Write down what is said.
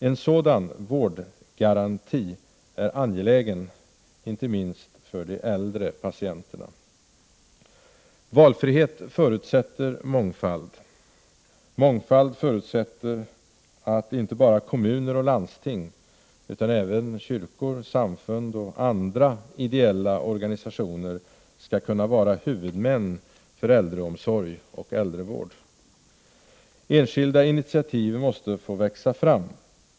En sådan vårdgaranti är angelägen, inte minst för de äldre patienterna. Valfrihet förutsätter mångfald. Mångfald förutsätter att inte bara kommuner och landsting, utan även kyrkor, samfund och andra ideella organisationer skall kunna vara huvudmän för äldreomsorg och äldrevård. Enskilda initiativ måste få växa fram.